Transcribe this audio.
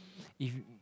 if